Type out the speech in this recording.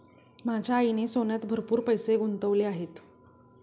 माझ्या आईने सोन्यात भरपूर पैसे गुंतवले आहेत